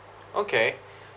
okay